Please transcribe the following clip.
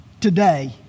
today